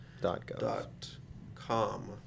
dot.gov